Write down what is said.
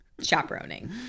Chaperoning